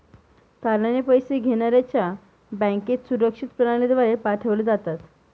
तारणे पैसे घेण्याऱ्याच्या बँकेत सुरक्षित प्रणालीद्वारे पाठवले जातात